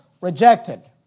rejected